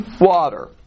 water